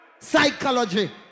Psychology